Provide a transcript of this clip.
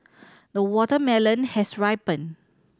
the watermelon has ripened